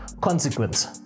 consequence